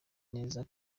neza